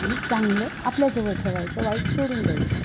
आणि चांगलं आपल्या जवळ ठेवायचं वाईट सोडून द्यायचं